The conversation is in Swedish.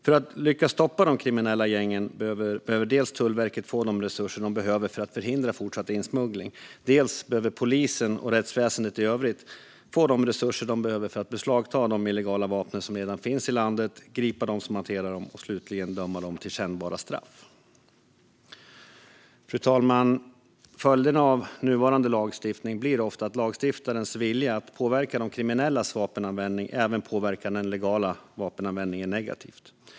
För att lyckas stoppa de kriminella gängen behöver Tullverket få de resurser som behövs för att förhindra fortsatt insmuggling. Därutöver behöver polisen och rättsväsendet i övrigt få de resurser de behöver för att beslagta de illegala vapen som redan finns i landet, gripa dem som hanterar dem och slutligen döma dem till kännbara straff. Fru talman! Följderna av nuvarande lagstiftning blir ofta att lagstiftarens vilja att påverka de kriminellas vapenanvändning även påverkar den legala vapenanvändningen negativt.